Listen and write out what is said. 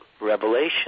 revelation